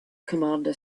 commander